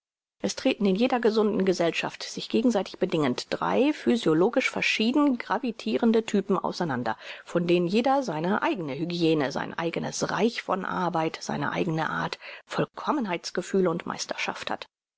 es treten in jeder gesunden gesellschaft sich gegenseitig bedingend drei physiologisch verschieden gravitirende typen auseinander von denen jeder seine eigne hygiene sein eignes reich von arbeit seine eigne art vollkommenheits gefühl und meisterschaft hat